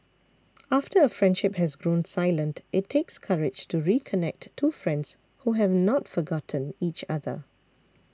after a friendship has grown silent it takes courage to reconnect two friends who have not forgotten each other